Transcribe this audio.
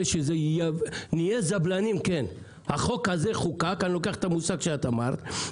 אני לוקח את המושג שאת ציינת,